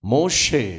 Moshe